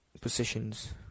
positions